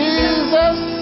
Jesus